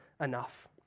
enough